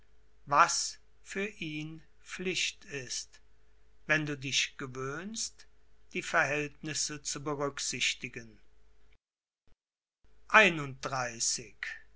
was für ihn pflicht ist wenn du dich gewöhnst die verhältnisse zu berücksichtigen